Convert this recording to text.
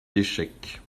d’échecs